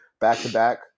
Back-to-back